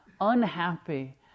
unhappy